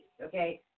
okay